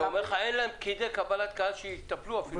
הוא אומר לך שאין להם פקידי קבלת קהל שיטפלו אפילו.